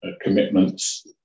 commitments